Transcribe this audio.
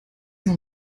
noch